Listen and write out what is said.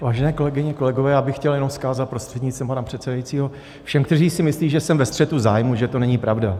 Vážené kolegyně, kolegové, já bych chtěl jenom vzkázat, prostřednictvím pana předsedajícího, všem, kteří si myslí, že jsem ve střetu zájmů, že to není pravda.